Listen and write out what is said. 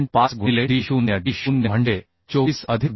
5 गुणिले D 0 D0 म्हणजे 24 अधिक 2